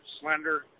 slender